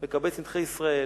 מקבץ נידחי ישראל,